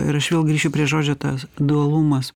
ir aš vėl grįšiu prie žodžio tas dualumas